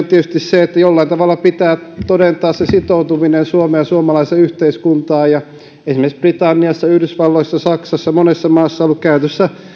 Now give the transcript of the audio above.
tietysti sen että jollain tavalla pitää todentaa se sitoutuminen suomeen ja suomalaiseen yhteiskuntaan esimerkiksi britanniassa yhdysvalloissa saksassa monessa maassa on ollut käytössä